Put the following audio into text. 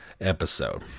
episode